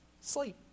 sleep